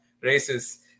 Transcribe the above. races